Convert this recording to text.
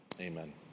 amen